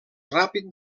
ràpid